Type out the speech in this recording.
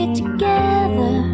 together